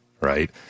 right